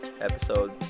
episode